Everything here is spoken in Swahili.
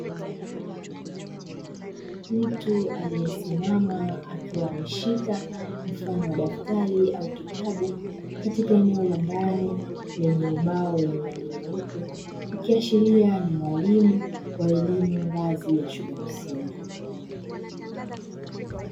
Mtu aliyesimama akiwa ameshika mfano wa daftari au kitabu katika eneo la ndani lenye ubao wenye rangi nyeupe, ikiashiria ni mwalimu wa ngazi ya elimu ya shule ya msingi.